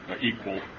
equal